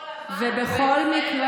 לא, לא,